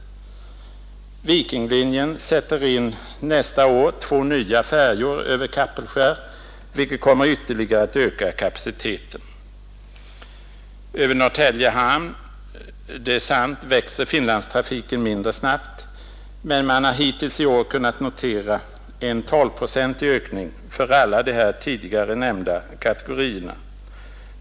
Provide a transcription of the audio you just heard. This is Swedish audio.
Vikinglinjen sätter nästa år in två nya färjor över Kapellskär, vilket kommer att ytterligare öka kapaciteten. Över Norrtälje hamn växer — det är sant — Finlandstrafiken mindre snabbt, men man har hittills i år kunnat notera en 12-procentig ökning för alla de här tidigare nämnda kategorierna.